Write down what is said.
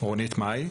רונית מאי.